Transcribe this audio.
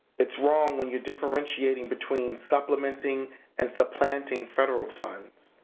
it's wrong when you're differentiating between supplementing and supplanting federal funds,